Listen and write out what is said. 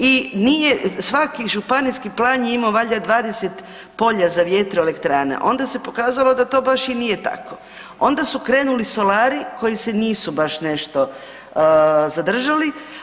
I svaki županijski plan je imao valjda 20 pola za vjetroelektrane, onda se pokazalo da to baš i nije tako, onda su krenuli solari koji se nisu baš nešto zadržali.